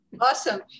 Awesome